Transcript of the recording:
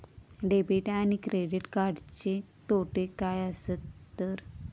Debit आणि credit कार्डचे तोटे काय आसत तर?